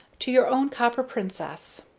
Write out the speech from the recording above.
to your own copper princess.